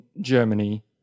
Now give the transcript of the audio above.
Germany